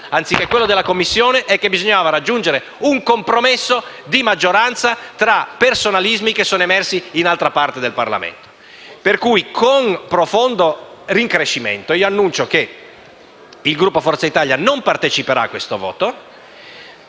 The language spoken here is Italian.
di quello della Commissione è che bisognava raggiungere un compromesso di maggioranza tra personalismi emersi in altra parte del Parlamento. Con profondo rincrescimento, annuncio pertanto che il Gruppo Forza Italia non parteciperà a questo voto